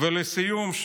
ולסיום,